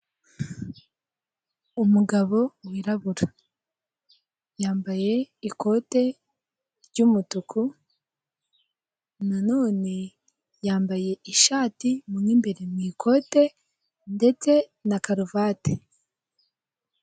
Umugabo wirabura, yambaye ikote ry'umutuku, na none yambaye ishati mo mbere mu ikote ndetse na karuvati.